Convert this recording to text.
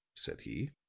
said he.